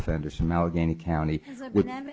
offender some allegheny county with